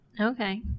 Okay